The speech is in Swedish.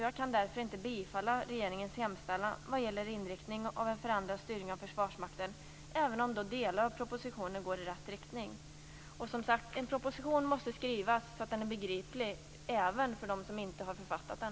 Jag kan därför inte bifalla regeringens hemställan vad gäller inriktningen av en förändrad styrning av försvarsmakten, även om delar av propositionen går i rätt riktning. En proposition måste skrivas så att den är begriplig även för dem som inte har författat den.